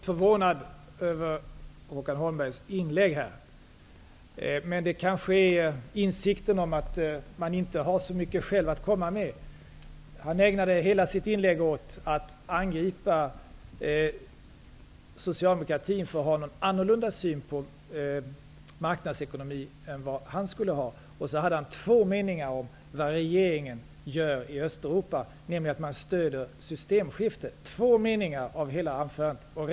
Fru talman! Jag är något förvånad över Håkan Holmbergs inlägg. Kanske är det insikten om att han själv inte har så mycket att komma med som gjorde att han ägnade hela sitt inlägg åt att angripa oss socialdemokrater för att ha en annorlunda syn på marknadsekonomi än han har. Håkan Holmberg sade två meningar om vad regeringen gör i Östeuropa: man stöder systemskiftet. Det var två meningar i hela anförandet.